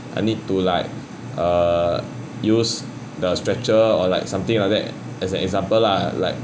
I need to like err use the stretcher or like something like that as an example lah like